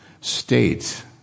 state